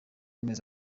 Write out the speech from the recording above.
amezi